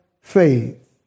faith